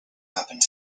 happened